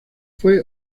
fue